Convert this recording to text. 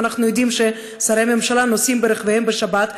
אם אנחנו יודעים ששרי הממשלה נוסעים ברכביהם בשבת,